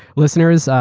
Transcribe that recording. listeners,